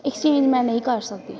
exchange ਮੈਂ ਨਹੀਂ ਕਰ ਸਕਦੀ